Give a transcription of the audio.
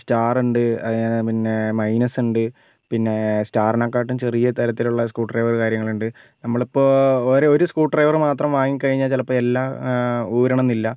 star ഉണ്ട് പിന്നെ minus ഉണ്ട് പിന്നെ സ്റ്റാറിനെക്കാട്ടി ചെറിയ തരത്തിലുള്ള സ്ക്രൂ ഡ്രൈവർ കാര്യങ്ങളുണ്ട് നമ്മളിപ്പോൾ ഒരു ഒരു സ്ക്രൂ ഡ്രൈവർ മാത്രം വാങ്ങിക്കഴിഞ്ഞാൽ ചിലപ്പോൾ എല്ലാം ഊരണമെന്നില്ല